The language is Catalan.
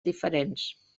diferents